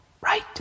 right